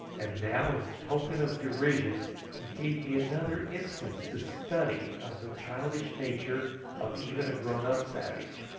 and now in token of derision he gave me another instance to study of the childish nature of even a grown-up savage.